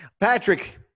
Patrick